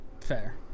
Fair